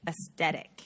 aesthetic